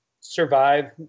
survive